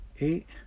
Eight